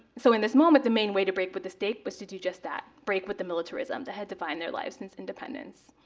so in this moment, the main way to break with the state was to do just that. break with the militarism that had defined their lives since independence.